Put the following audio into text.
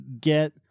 get